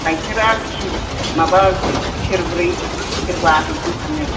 गाइखेरा माबा सेरब्रै सेरबा बिदि थाङो